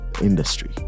industry